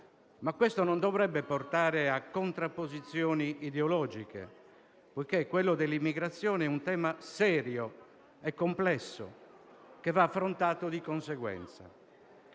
ma questo non dovrebbe portare a contrapposizioni ideologiche, poiché quello dell'immigrazione è un tema serio e complesso, che va affrontato di conseguenza.